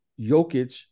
Jokic